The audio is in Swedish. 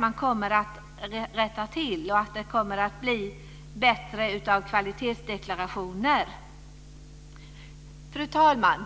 Man kommer att rätta till felaktigheter, och det kommer att bli bättre kvalitetsdeklarationer. Fru talman!